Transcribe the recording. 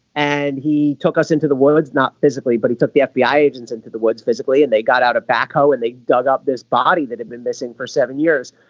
and he took us into the woods not physically but it took the fbi agents into the woods physically and they got out a backhoe and they dug up this body that had been missing for seven years.